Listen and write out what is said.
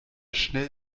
schnell